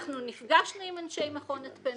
אנחנו נפגשנו עם אנשי מכון התקנים,